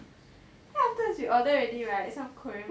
then afterwards we order already right some korean food